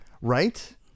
Right